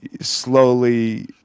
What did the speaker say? slowly